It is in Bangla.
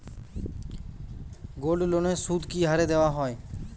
গোল্ডলোনের সুদ কি হারে দেওয়া হয়?